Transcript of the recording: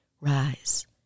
rise